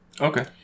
Okay